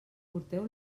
porteu